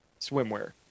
swimwear